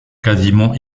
quasiment